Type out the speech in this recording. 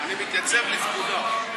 אני מתייצב לפקודה.